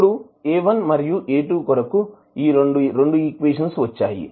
ఇప్పుడు A1 మరియు A2 కొరకు రెండు ఈక్వేషన్స్ వచ్చాయి